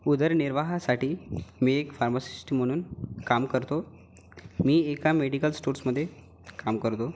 उदर निर्वाहासाठी मी एक फार्मासिस्ट म्हणून काम करतो मी एका मेडिकल स्टोर्समध्ये काम करतो